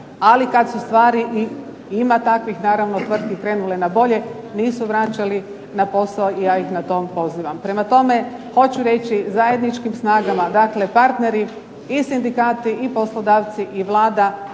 ali kad su stvari, ima takvih naravno tvrtki, krenule na bolje nisu vraćali na posao i ja ih na to pozivam. Prema tome hoću reći, zajedničkim snagama dakle partneri i sindikati i poslodavci i Vlada